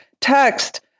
text